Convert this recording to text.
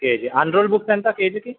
KG unruled books ఎంత కేజీకి